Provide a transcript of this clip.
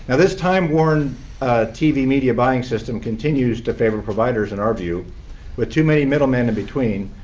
and this timeworn tv media buying system continues to favor providers in our view with too many middlemen in between.